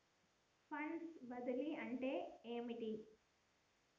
Funds బదిలీ అంటే ఏమిటి?